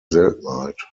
seltenheit